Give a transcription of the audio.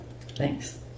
thanks